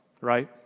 right